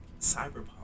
Cyberpunk